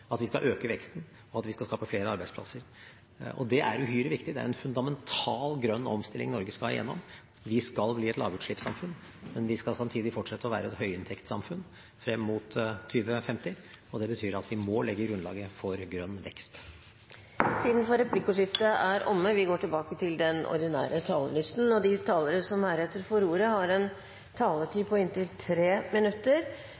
øke veksten, og at vi skal skape flere arbeidsplasser. Det er uhyre viktig. Det er en fundamental grønn omstilling Norge skal igjennom. Vi skal bli et lavutslippssamfunn, men vi skal samtidig fortsette å være et høyinntektssamfunn frem mot 2050. Det betyr at vi må legge grunnlaget for grønn vekst. Replikkordskiftet er omme. De talere som heretter får ordet, har en taletid på inntil 3 minutter. Jeg tenkte bare jeg skulle følge opp den siste runden som